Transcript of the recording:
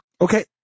Okay